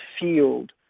field